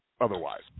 otherwise